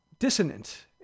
dissonant